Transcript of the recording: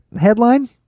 headline